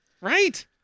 Right